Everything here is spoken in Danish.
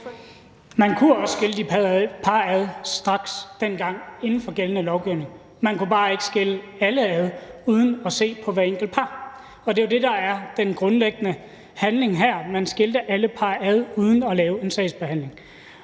Man kunne også skille de par ad straks dengang inden for gældende lovgivning; man kunne bare ikke skille alle ad uden at se på hver enkelt par. Og det er jo det, der er den grundlæggende handling her: Man skilte alle par ad uden at lave en sagsbehandling.